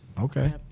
Okay